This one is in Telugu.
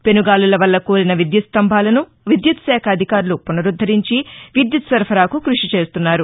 పెనుగాలుల వల్ల కూలిన విద్యుత్ స్లంభాలను విద్యుత్ శాఖ అధికారులు పునరుద్దరించి విద్యుత్ సరఫరాకు కృషి చేస్తున్నారు